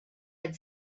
had